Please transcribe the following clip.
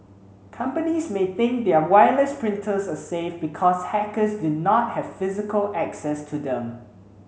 companies may think their wireless printers are safe because hackers do not have physical access to them